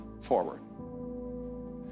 forward